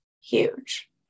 huge